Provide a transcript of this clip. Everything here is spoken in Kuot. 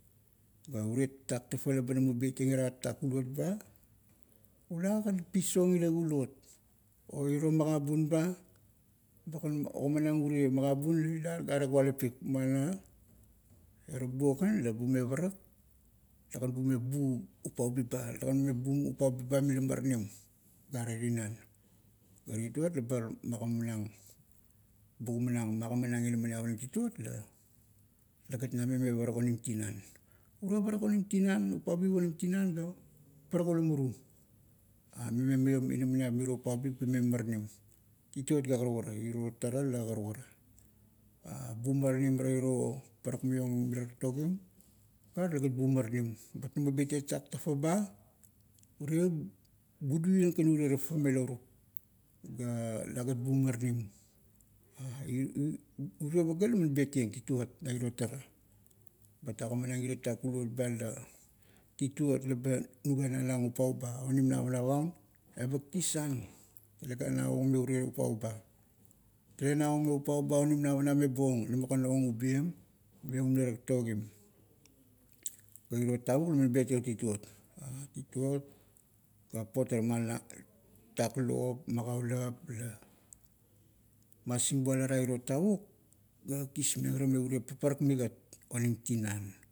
Ga urie tatak kulot ba, ula gan pisong irie kulot, o iro magabun ba. Bagan ogamanang urie magabun la ila gare kualapik. Muana, ira buo gan la bume parak, lagan bume bum upaubip ba, lagan bum upaubip ba mila maranim, gare tinan. Pa tituot labar magamanang, bugamanang inamaniap onim tituot la, lagat nameng me parak onim tanan. Mime maiom inamaniap miro upaubip ga mime maranim tituot ga karukara, iro tara la karukara. Bumaranim ara iro parak maiong mila taktogim, ga legat bumaranim. Bat namo netieng tatak tafa ba, urie buduieng kan urie tafa me lourap, ga lagat bumaranim. urie paga laman betieng tituot na iro tara. Bat agamanang irie tatak kulot ba la tituot laba nuga nalang upau ba onim navanap aun, eba kisang. Telega na ong me urie upau ba, talega na ong me upauba onim navanap meba ong, namo gan ong ubiem maiong mila taktogim. Pa iro tavuk laman betong tituot. Tituot ga papot ara ma lap, tatak lop magaulap la masing buala ra a iro tavuk. Ga kismeng ara me urie paparak migat onim tinan.